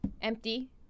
empty